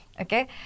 Okay